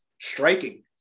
striking